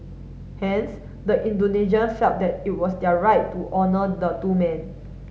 hence the Indonesian felt that it was their right to honour the two men